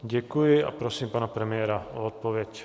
Děkuji a prosím pana premiéra o odpověď.